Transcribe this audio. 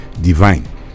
divine